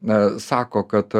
na sako kad